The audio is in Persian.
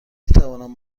میتوانم